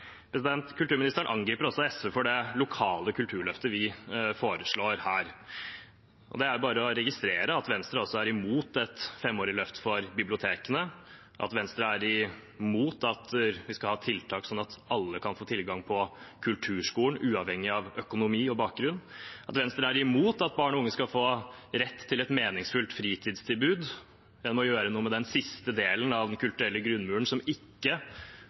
Kulturministeren angriper SV for det lokale kulturløftet vi foreslår her. Det er bare å registrere at Venstre er imot et femårig løft for bibliotekene, at Venstre er imot at vi skal ha tiltak sånn at alle kan få tilgang til kulturskolen, uavhengig av økonomi og bakgrunn, at Venstre er imot at barn og unge skal få rett til et meningsfullt fritidstilbud, eller å gjøre noe med den siste delen av den kulturelle grunnmuren som ikke